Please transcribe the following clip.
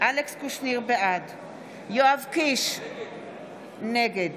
בעד יואב קיש, נגד